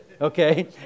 okay